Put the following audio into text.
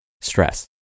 stress